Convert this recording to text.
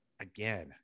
again